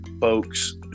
folks